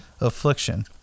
affliction